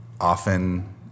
Often